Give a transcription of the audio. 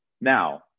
now